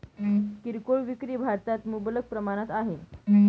किरकोळ विक्री भारतात मुबलक प्रमाणात आहे